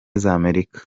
z’amerika